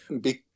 Big